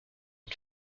une